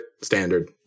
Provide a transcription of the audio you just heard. standard